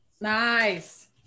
Nice